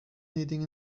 needing